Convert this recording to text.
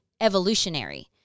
evolutionary